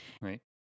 right